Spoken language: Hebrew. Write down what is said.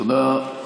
תודה.